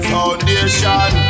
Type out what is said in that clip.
Foundation